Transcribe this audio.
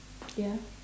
ya